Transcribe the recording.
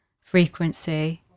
frequency